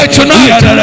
tonight